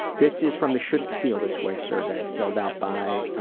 this is from the shouldn't feel this way survey, filled out by